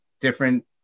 different